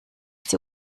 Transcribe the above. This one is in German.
sie